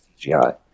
CGI